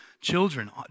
Children